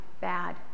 bad